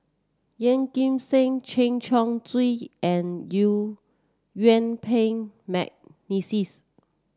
Yeoh Ghim Seng Chen Chong Swee and Yuen Peng McNeice